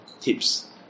tips